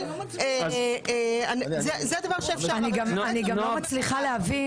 אבל זה דבר שאפשר --- אני גם לא מצליח להבין